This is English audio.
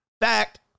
Fact